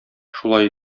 шулай